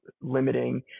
limiting